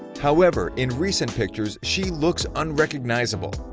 however, in recent pictures, she looks unrecognizable!